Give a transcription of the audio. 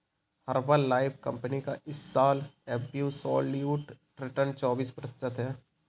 Herbalife company का इस साल एब्सोल्यूट रिटर्न चौबीस प्रतिशत है